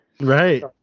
Right